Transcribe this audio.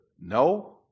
No